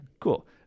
Cool